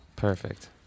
Perfect